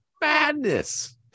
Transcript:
madness